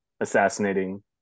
assassinating